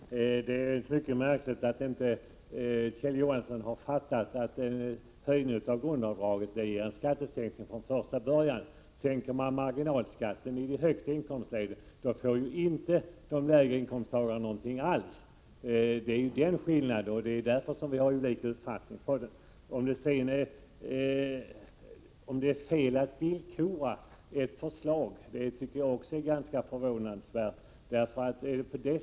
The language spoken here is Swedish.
Herr talman! Det är mycket märkligt att inte Kjell Johansson har fattat att en höjning av grundavdraget innebär en skattesänkning från första början. Sänker man marginalskatterna i det högsta inkomstläget får inte inkomsttagarna med de lägsta inkomsterna någonting alls. Att det skulle vara fel att villkora ett förslag tycker jag också är ganska förvånansvärt.